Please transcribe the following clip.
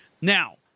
Now